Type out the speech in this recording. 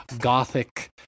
gothic